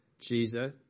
Jesus